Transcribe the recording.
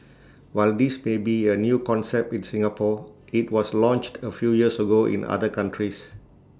while this may be A new concept in Singapore IT was launched A few years ago in other countries